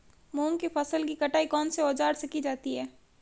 मूंग की फसल की कटाई कौनसे औज़ार से की जाती है?